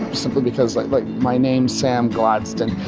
simply because like but my name sam gladstone,